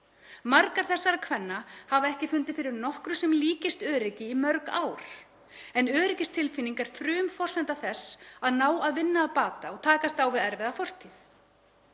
Margar þessara kvenna hafa ekki fundið fyrir nokkru sem líkist öryggi í mörg ár en öryggistilfinning er frumforsenda þess að ná að vinna að bata og takast á við erfiða fortíð.